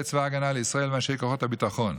צבא הגנה לישראל ואנשי כוחות הביטחון.